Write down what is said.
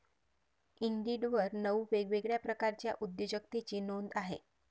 इंडिडवर नऊ वेगवेगळ्या प्रकारच्या उद्योजकतेची नोंद आहे